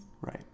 Right